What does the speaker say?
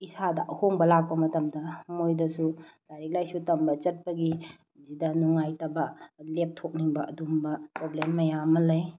ꯏꯁꯥꯗ ꯑꯍꯣꯡꯕ ꯂꯥꯛꯄ ꯃꯇꯝꯗ ꯃꯣꯏꯗꯁꯨ ꯂꯥꯏꯔꯤꯛ ꯂꯥꯏꯁꯨ ꯇꯝꯕ ꯆꯠꯄꯒꯤ ꯁꯤꯗ ꯅꯨꯡꯉꯥꯏꯇꯕ ꯂꯦꯞꯊꯣꯛꯅꯤꯡꯕ ꯑꯗꯨꯝꯕ ꯄ꯭ꯔꯣꯕ꯭ꯂꯦꯝ ꯃꯌꯥꯝ ꯑꯃ ꯂꯩ